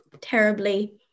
terribly